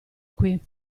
qui